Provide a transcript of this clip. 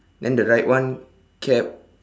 then the right one cap